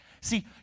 See